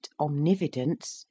omnividence